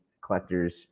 collectors